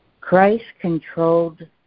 Christ-controlled